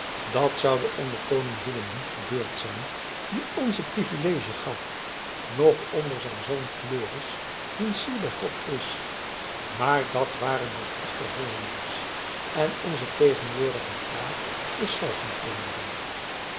dat zoude onder koning willem niet gebeurd zijn die ons het privilege gaf noch onder zijn zoon floris wiens ziel bij god is maar dat waren ook echte hollanders en onze tegenwoordige graaf is zelf een vreemdeling